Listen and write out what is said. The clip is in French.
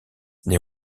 les